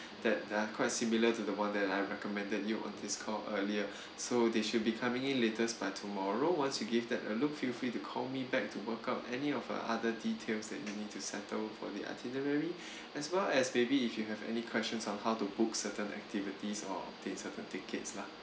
that there are quite similar to the one that I recommended you on discount earlier so they should be coming in latest by tomorrow once you give that a look feel free to call me back to work out any of uh other details that you need to settle for the itinerary as well as maybe if you have any questions on how to book certain activities or update certain tickets lah